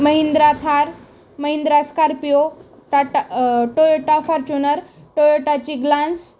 Mahindra Thar Mahindra Scorpio Tata Toyota Fortuner टोयोटाची glance